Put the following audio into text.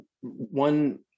one